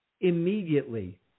immediately